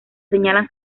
señalan